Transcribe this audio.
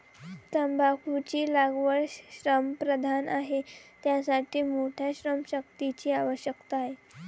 तंबाखूची लागवड श्रमप्रधान आहे, त्यासाठी मोठ्या श्रमशक्तीची आवश्यकता आहे